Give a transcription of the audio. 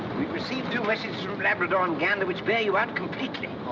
we've received two messages from labrador and gander which bear you out completely. oh?